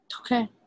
Okay